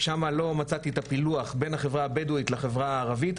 שם לא מצאתי את הפילוח בין החברה הבדואית לחברה הערבית,